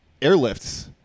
airlifts